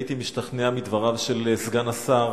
הייתי משתכנע מדבריו של סגן השר